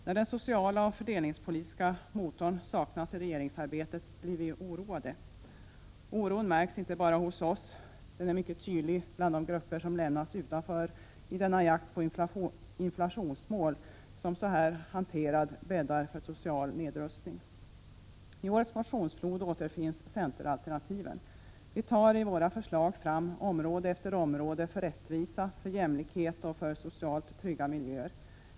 När den sociala och fördelningspolitiska motorn saknas i regeringsarbetet blir vi oroade. Oron märks inte bara hos oss. Den är mycket tydlig bland de grupper som lämnas utanför i den jakt på inflationsmål som så här hanterad bäddar för social nedrustning. I årets motionsflod återfinns centeralternativen. Vi tar i våra förslag fram område efter område för rättvisa, för jämlikhet och för socialt trygga miljöer.